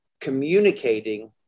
communicating